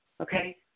okay